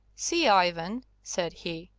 see, ivan, said he,